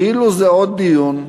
כאילו זה עוד דיון.